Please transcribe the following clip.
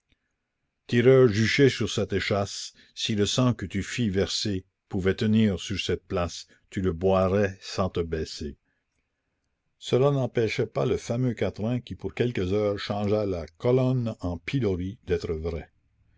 tireur juché sur cette échasse si le sang que tu fis verser pouvait tenir sur cette place tu le boirais sans te baisser cela n'empêchait pas le fameux quatrain qui pour quelques heures changea la colonne en pilori d'être vrai